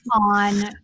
on